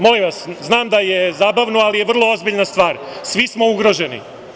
Molim vas, znam da je zabavno ali je vrlo ozbiljna stvar, svi smo ugroženi.